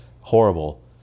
horrible